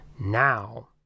now